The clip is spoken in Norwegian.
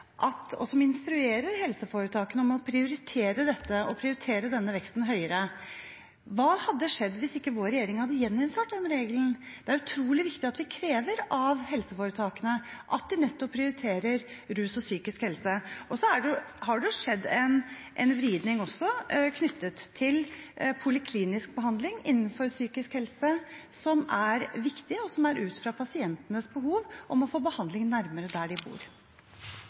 fjerne regelen som instruerer helseforetakene om å prioritere denne veksten høyere. Hva hadde skjedd hvis ikke vår regjering hadde gjeninnført denne regelen? Det er utrolig viktig at vi krever av helseforetakene at de nettopp prioriterer rus og psykisk helse. Så har det skjedd en vridning knyttet til poliklinisk behandling innenfor psykisk helse, som er viktig, og som er ut fra pasientenes behov om å få behandling nærmere der de bor.